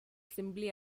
simply